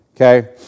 Okay